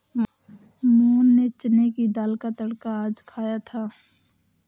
मोहन ने चने की दाल का तड़का आज खाया था